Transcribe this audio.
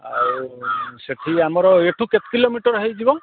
ଆଉ ସେଇଠି ଆମର ଏଇଠୁ କେତେ କିଲୋମିଟର ହେଇଯିବ